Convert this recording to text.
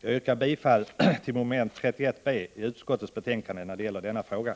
När det gäller denna fråga yrkar jag bifall till mom. 31 b i utskottets hemställan.